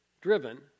driven